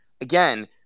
again